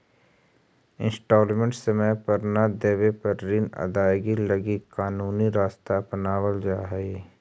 instalment समय पर न देवे पर ऋण अदायगी लगी कानूनी रास्ता अपनावल जा हई